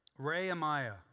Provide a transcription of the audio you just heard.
Rehemiah